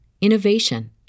innovation